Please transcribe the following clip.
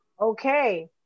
Okay